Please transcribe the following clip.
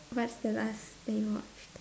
what's the last that you watched